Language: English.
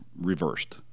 reversed